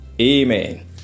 Amen